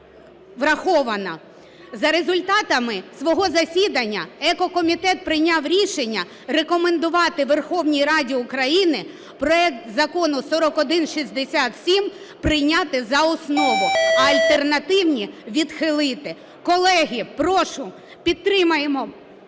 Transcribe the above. враховано. За результатами свого засідання екокомітет прийняв рішення рекомендувати Верховній Раді України проект закону 4167 прийняти за основу, а альтернативні відхилити. Колеги, прошу підтримаємо